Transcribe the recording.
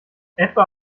etwa